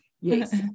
yes